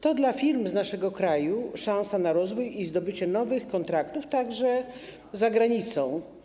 To dla firm z naszego kraju szansa na rozwój i zdobycie nowych kontraktów także za granicą.